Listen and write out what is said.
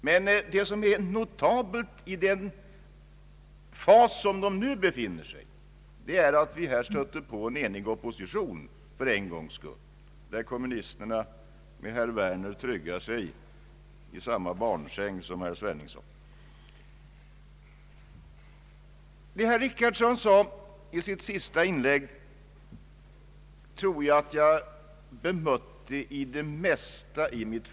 Men vad som är notabelt i den fas där man nu befinner sig är att vi här för en gångs skull stöter på en enig opposition där kommunisterna med herr Werner lägger sig i samma barnsäng som herr Sveningsson. Det mesta av vad herr Richardson sade i sitt senaste inlägg tror jag att jag bemötte i mitt förra anförande.